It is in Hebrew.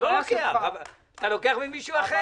אתה לוקח ממישהו אחר.